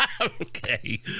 okay